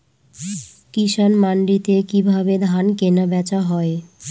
কৃষান মান্ডিতে কি ভাবে ধান কেনাবেচা হয়?